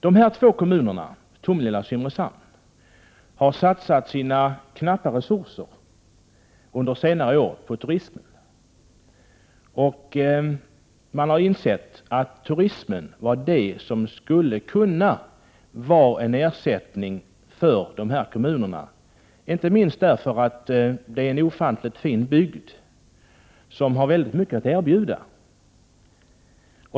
De två kommunerna Tomelilla och Simrishamn har under senare år satsat sina knappa resurser på turismen. Man har insett att turismen är det som skulle kunna vara en ersättning för dessa kommuner, inte minst därför att det är en ofantligt fin bygd, som har mycket att erbjuda.